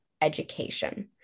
education